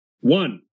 One